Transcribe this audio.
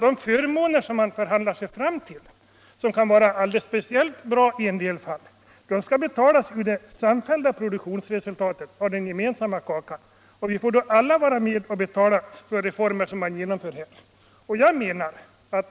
De förmåner som man förhandlar sig fram till och som kan vara alldeles särskilt bra i en del fall skall betalas ur det samfällda produktionsresultatet, den gemensamma kakan. Vi får då alla vara med och betala de reformer som beslutas här i riksdagen.